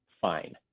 fine